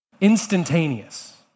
instantaneous